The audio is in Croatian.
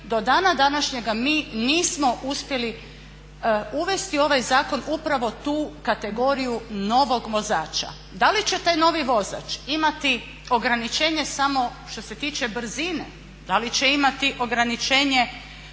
do dana današnjega mi nismo uspjeli uvesti u ovaj zakon upravo tu kategoriju novog vozača. Da li će taj novi vozač imati ograničenje samo što se tiče brzine, da li će imati ograničenje